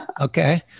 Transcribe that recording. Okay